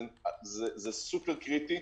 זה סופר קריטי,